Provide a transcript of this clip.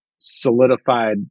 solidified